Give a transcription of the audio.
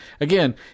Again